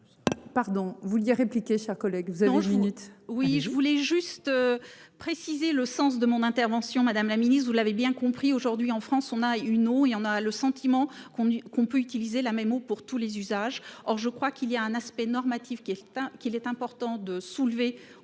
Pardon, vous vouliez répliqué chers collègues